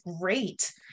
great